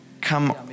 come